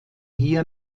hier